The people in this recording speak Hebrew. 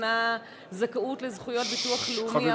המקנה זכאות לזכויות ביטוח לאומי,